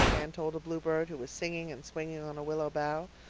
anne told a bluebird, who was singing and swinging on a willow bough,